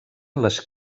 les